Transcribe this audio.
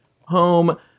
home